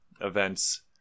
events